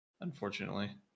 unfortunately